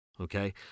okay